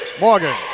Morgan